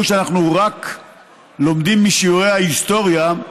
שאנחנו רק לומדים משיעורי ההיסטוריה,